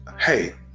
Hey